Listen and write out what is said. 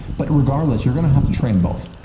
but regardless, you're going to have to train both.